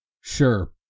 Sure